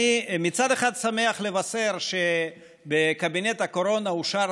מצד אחד אני שמח לבשר שבקבינט הקורונה אושר